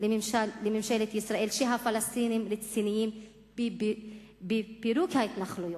לממשלת ישראל שהפלסטינים רציניים בפירוק ההתנחלויות.